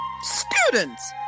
Students